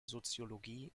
soziologie